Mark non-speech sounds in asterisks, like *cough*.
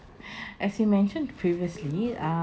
*breath* as you mentioned previously uh